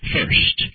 First